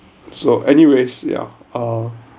so anyways ya err